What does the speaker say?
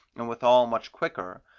and withal much quicker,